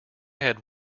had